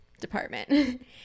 department